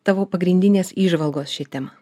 tavo pagrindinės įžvalgos šia tema